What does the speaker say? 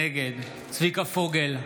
נגד צביקה פוגל,